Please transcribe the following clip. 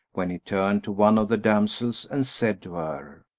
when he turned to one of the damsels and said to her,